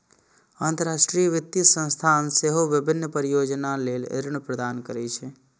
अंतरराष्ट्रीय वित्तीय संस्थान सेहो विभिन्न परियोजना लेल ऋण प्रदान करै छै